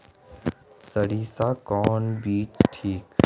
सरीसा कौन बीज ठिक?